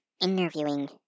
interviewing